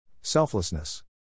Selflessness